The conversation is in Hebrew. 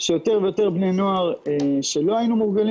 שיותר ויותר בני נוער שלא היינו מורגלים